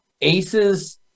Aces